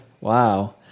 Wow